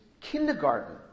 kindergarten